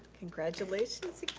congratulations,